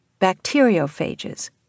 bacteriophages